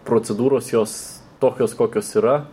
procedūros jos tokios kokios yra